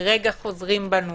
רגע חוזרים בנו